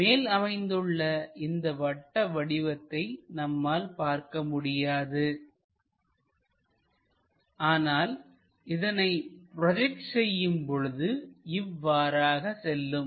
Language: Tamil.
மேல் அமைந்துள்ள இந்த வட்ட வடிவத்தை நம்மால் பார்க்க முடியாது ஆனால் இதனை ப்ராஜெக்ட் செய்யும் பொழுது இவ்வாறாக செல்லும்